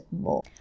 more